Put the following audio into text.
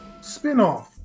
spinoff